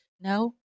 now